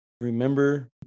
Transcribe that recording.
remember